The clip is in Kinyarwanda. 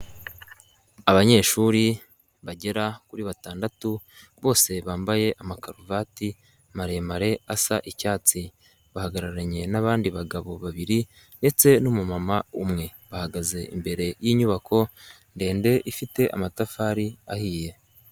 Abanyeshuri bagera kuri batandatu bose bambaye amakaruvati maremare asa icyatsi, bahagararanye n'abandi bagabo babiri ndetse n'umumama umwe, bahagaze imbere y'inyubako ndende ifite amatafari ahiye.